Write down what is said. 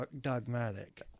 dogmatic